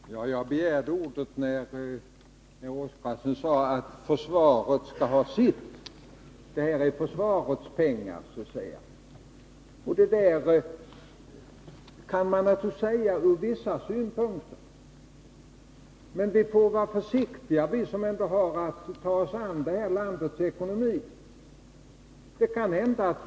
Herr talman! Jag begärde ordet när Gunnar Oskarson sade att försvaret skall ha sitt — det här skulle så att säga vara försvarets pengar. Det kan naturligtvis vara riktigt ur vissa synpunkter, men vi som skall ta oss an landets ekonomi måste vara försiktiga.